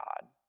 God